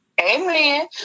amen